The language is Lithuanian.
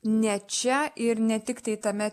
ne čia ir ne tik tai tame